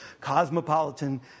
cosmopolitan